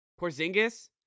porzingis